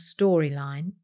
storyline